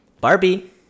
Barbie